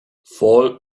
fall